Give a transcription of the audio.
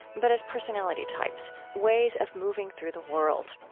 but as personality types, ways of moving through the world.